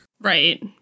Right